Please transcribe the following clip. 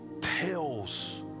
tells